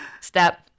step